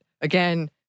again